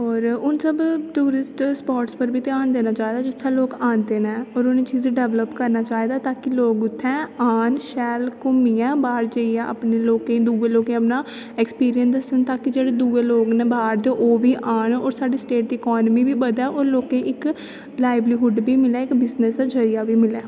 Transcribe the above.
और हून सब टूरिस्ट स्पाटस उप्पर बी घ्यान देना चाहिदा जित्थै लोक आंदे न औऱ उनें चीजें गी डेवल्प करना चाहिदा ताकि लोक उत्थै आन शैल घूमियै बाहर जेइयै अपने लोकें गी दुऐ लोकें गी अपना एक्सपिरिंयस दस्सन ताकि जेहडे़ दुऐ लोक ना बाहर दे ओह बी आन और साढ़ी स्टेट दी इकाॅनमी बी बधै और लोकें गी इक लाइवलीहूड बी मिलै ते बिजनस दा जरिया बी मिलै